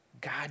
God